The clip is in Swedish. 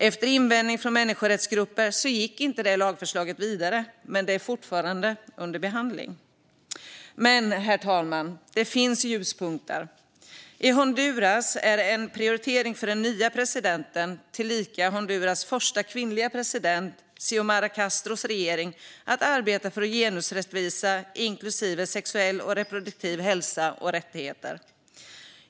Efter invändningar från människorättsgrupper gick inte lagförslaget vidare, men det är fortfarande under behandling. Herr talman! Det finns dock ljuspunkter. I Honduras är en prioritering för den nya presidenten Xiomara Castros, tillika Honduras första kvinnliga president, regering att arbeta för genusrättvisa inklusive sexuell och reproduktiv hälsa och rättigheter.